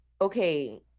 Okay